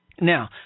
Now